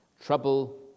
Trouble